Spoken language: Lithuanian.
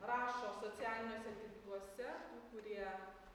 rašo socialiniuose tinkluose kurie